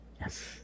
Yes